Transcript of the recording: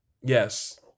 yes